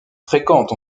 fréquentes